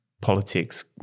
politics